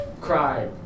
Cry